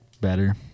better